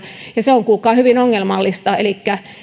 se on kuulkaa hyvin ongelmallista elikkä